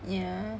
yeah